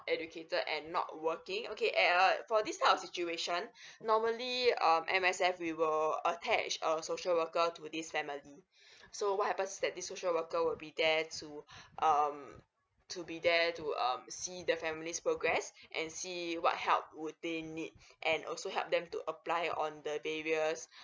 educated and not working okay and err for this type of situation normally um M_S_F we will attach a social worker to this family so what happens is that this social worker will be there to um to be there to um see the family's progress and see what help would they need and also help them to apply on the areas